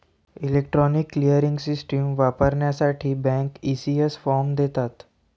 electronic clearing system वापरण्यासाठी bank, ECS form देतात